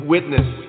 Witness